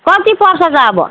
कति पर्छ त अब